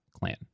clan